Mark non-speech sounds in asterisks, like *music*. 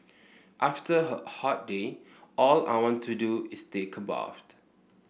after *unintelligible* hot day all I want to do is take a *unintelligible*